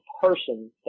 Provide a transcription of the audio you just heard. person